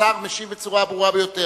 השר משיב בצורה הברורה ביותר.